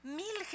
mil